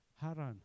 Haran